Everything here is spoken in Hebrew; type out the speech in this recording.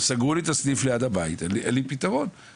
סגרו לי את הסניף בבית ואין לי פתרון,